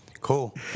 Cool